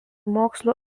mokslų